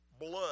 blood